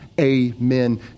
amen